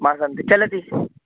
मासान्ते चलति